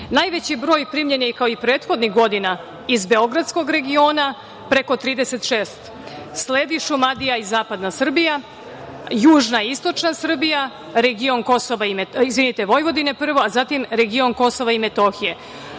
itd. Najveći broj primljenih je, kao i prethodnih godina, iz beogradskog regiona, preko 36, sledi Šumadija i zapadna Srbija, južna i istočna Srbija, region Vojvodine, a zatim KiM. Tako da je